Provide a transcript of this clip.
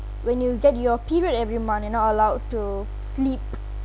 when you get your period every month you're not allowed to sleep